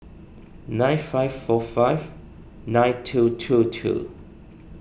nine five four five nine two two two